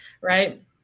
right